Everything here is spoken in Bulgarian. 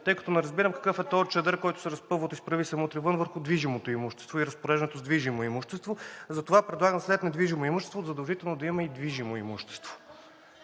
тъй като не разбирам какъв е този чадър, който се разпъва от „Изправи се! Мутри вън!“ върху движимото имущество и разпореждането с движимо имущество. Затова предлагам след „недвижимо имущество“ задължително да има и „движимо имущество“.